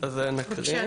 "פעלה